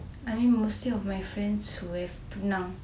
I mean mostly of my friends who have tunang